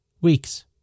Weeks